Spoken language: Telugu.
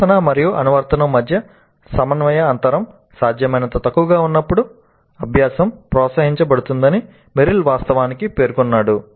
ప్రదర్శన మరియు అనువర్తనం మధ్య సమయ అంతరం సాధ్యమైనంత తక్కువగా ఉన్నప్పుడు అభ్యాసం ప్రోత్సహించబడుతుందని మెరిల్ వాస్తవానికి పేర్కొన్నాడు